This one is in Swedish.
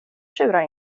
tjurar